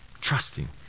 trusting